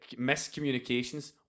Miscommunications